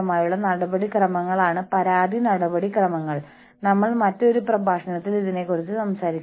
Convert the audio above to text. കൂടാതെ നിങ്ങൾക്ക് എപ്പോൾ വേണമെങ്കിലും നിങ്ങളുടെ മേലുദ്യോഗസ്ഥരുമായി സംസാരിക്കാം